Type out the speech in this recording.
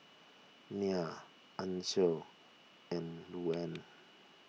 Nia Ancil and Luanne